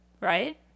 right